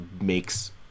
makes